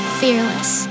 fearless